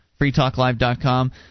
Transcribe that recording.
freetalklive.com